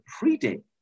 predate